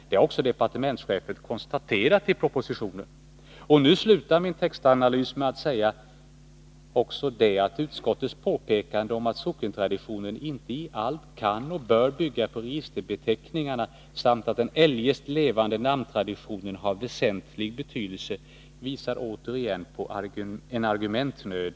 Det har också departementschefen konstaterat i propositionen. Nu slutar jag min textanalys med att säga att utskottets påpekande om att sockentraditionen inte i allt kan och bör bygga på registerbeteckningarna samt att den eljest levande namntraditionen har väsentlig betydelse tyder på argumentnöd.